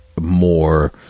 more